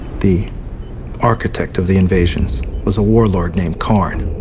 the architect of the invasions, was a warlord named kharn.